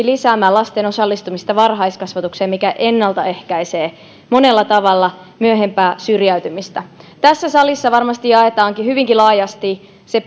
lisäämään myöskin lasten osallistumista varhaiskasvatukseen mikä ennaltaehkäisee monella tavalla myöhempää syrjäytymistä tässä salissa varmasti jaetaan hyvinkin laajasti se